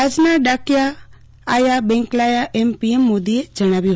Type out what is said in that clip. આજથી ડાકિયા આયા બેંક લાયા એમ પીએમ મોદીએ જણાવ્યં